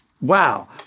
Wow